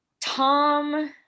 Tom